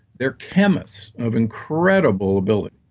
they're chemists of incredible ability.